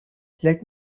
let